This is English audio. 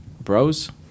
Bros